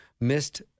missed